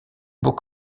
beau